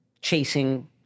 chasing